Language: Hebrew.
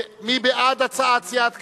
מי בעד הצעת סיעת קדימה?